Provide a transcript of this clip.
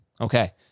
Okay